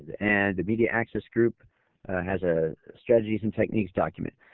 and media access group has ah strategies and techniques document.